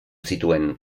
zituen